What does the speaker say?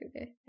Okay